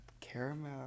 caramel